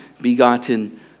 begotten